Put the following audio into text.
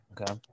okay